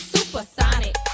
Supersonic